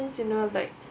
things you know like